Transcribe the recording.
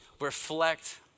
reflect